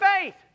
faith